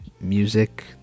music